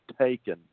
taken